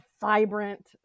vibrant